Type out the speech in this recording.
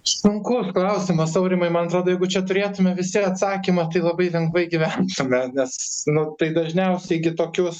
sunkus klausimas aurimai man atrodo jeigu čia turėtume visi atsakymą tai labai lengvai gyventume nes nu tai dažniausiai gi tokius